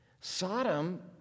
Sodom